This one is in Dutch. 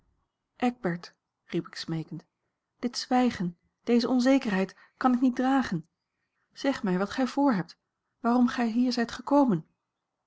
eckbert riep ik smeekend dit zwijgen deze onzekerheid kan ik niet dragen zeg mij wat gij voor hebt waarom gij hier zijt gekomen